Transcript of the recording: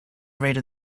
rated